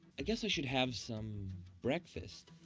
i guess i should have some breakfast.